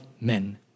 men